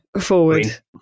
forward